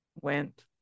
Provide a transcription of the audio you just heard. went